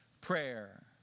prayer